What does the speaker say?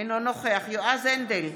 אינו נוכח יועז הנדל,